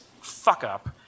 fuck-up